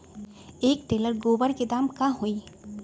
एक टेलर गोबर के दाम का होई?